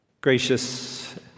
Gracious